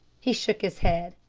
he shook his head.